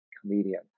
comedian